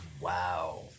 Wow